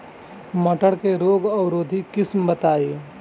मटर के रोग अवरोधी किस्म बताई?